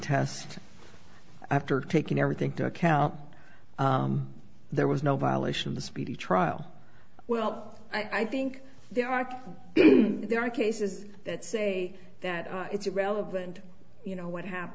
test after taking everything to account there was no violation of the speedy trial well i think there are there are cases that say that it's irrelevant you know what happened